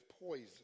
poison